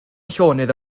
llonydd